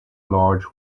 large